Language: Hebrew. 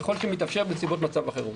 ככל שמתאפשר בנסיבות מצב החירום.